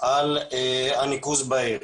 על הניקוז בעיר.